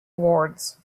wards